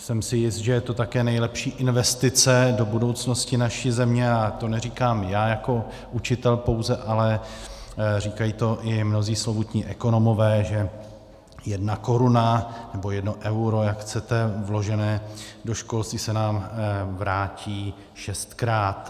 Jsem si jist, že je to také nejlepší investice do budoucnosti naší země, a to neříkám já jako učitel pouze, ale říkají to i mnozí slovutní ekonomové, že jedna koruna nebo jedno euro, jak chcete, vložené do školství se nám vrátí šestkrát.